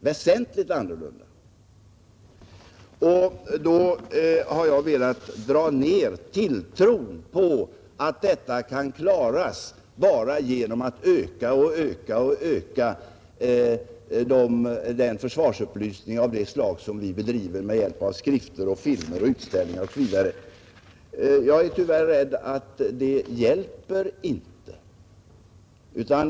Jag har i den situationen velat dra ned tilltron till att detta problem kan klaras genom att man ökar, ökar och ytterligare ökar den försvarsupplysning som bedrivs med hjälp av skrifter, filmer, utställningar osv. Jag är rädd att det inte hjälper.